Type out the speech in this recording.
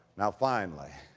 now finally,